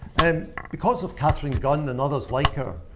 and because of katherine gun, and others like her,